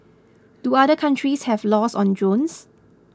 do other countries have laws on drones